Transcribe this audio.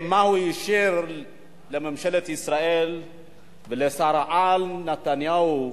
מה הוא השאיר לממשלת ישראל ולשר-העל נתניהו.